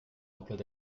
emplois